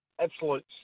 absolute